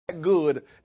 good